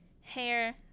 hair